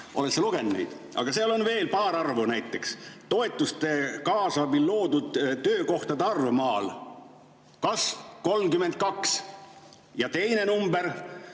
oled sa lugenud neid? Aga seal on veel paar arvu. Näiteks toetuste kaasabil loodud töökohtade arv maal: kasv 32. Ja teine number,